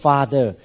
Father